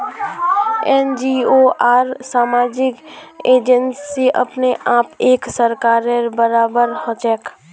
NGO आर सामाजिक agency अपने आप एक सरकारेर बराबर हछेक